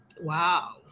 Wow